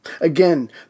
Again